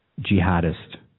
jihadist